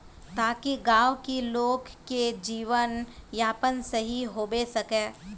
ताकि गाँव की लोग के जीवन यापन सही होबे सके?